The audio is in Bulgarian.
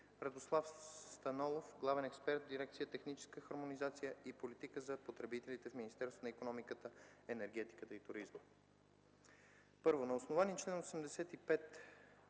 Радослав Станолов – главен експерт в дирекция „Техническа хармонизация и политика за потребителите” в Министерство на икономиката, енергетиката и туризма. I. На основание чл. 85,